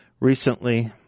Recently